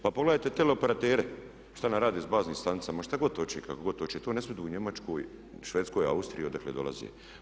Pa pogledajte teleoperatere šta nam rade sa baznim stanicama, šta god hoće i kako god hoće, to ne smiju u Njemačkoj, Švedskoj, Austriji, odakle dolaze.